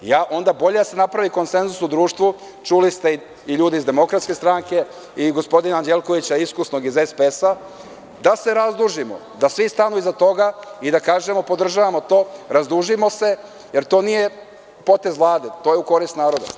Onda bolje da se napravi konsenzus u društvu, čuli ste i ljude iz DS i gospodina Anđelkovića iskusnog iz SPS, da se razdužimo, da svi stanu iza toga i da kažemo - podržavamo to, razdužimo se, jer to nije potez Vlade, to je u korist naroda.